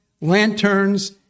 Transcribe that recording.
lanterns